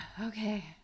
Okay